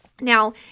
Now